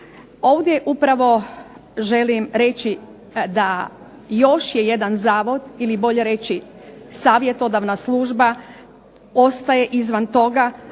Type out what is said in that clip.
Ovdje upravo želim reći da je još jedan zavod ili bolje reći SAvjetodavna služba ostaje izvan toga,